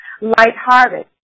lighthearted